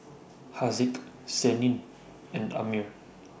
Haziq Senin and Ammir